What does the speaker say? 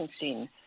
scene